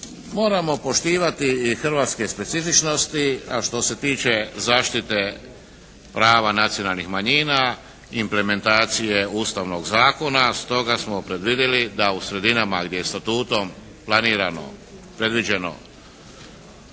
Moramo poštivati i hrvatske specifičnosti, a što se tiče zaštite prava nacionalnih manjina, implementacije Ustavnog zakona stoga smo predvidjeli da u sredinama gdje je statutom planirano, predviđeno